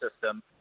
system